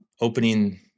opening –